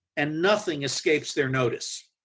and nothing escapes their notice.